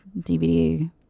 DVD